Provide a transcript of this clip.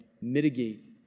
mitigate